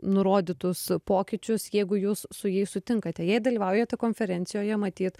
nurodytus pokyčius jeigu jūs su jais sutinkate jei dalyvaujate konferencijoje matyt